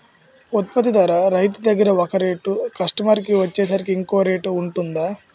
ఉత్పత్తి ధర రైతు దగ్గర ఒక రేట్ కస్టమర్ కి వచ్చేసరికి ఇంకో రేట్ వుంటుందా?